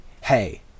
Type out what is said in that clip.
hey